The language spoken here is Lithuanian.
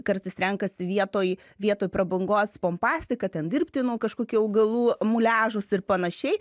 kartais renkasi vietoj vietoj prabangos pompastiką ten dirbtinų kažkokių augalų muliažus ir panašiai